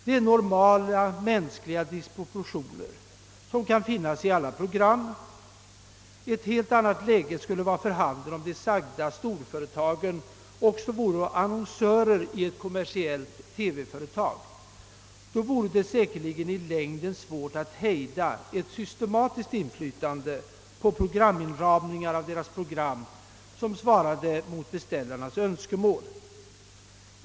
Dessa disproportioner beror på mänsklig ofullkomlighet. Läget skulle vara ett helt annat om de sagda storföretagen var annonsörer i ett kommersiellt TV-företag. Då vore det säkerligen i längden svårt att förhindra ett systematiskt inflytande på en programinramning av deras annonser vilken svarade mot beställarnas önskemål.